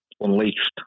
unleashed